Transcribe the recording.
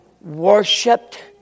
worshipped